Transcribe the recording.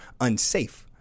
unsafe